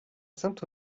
saint